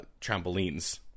trampolines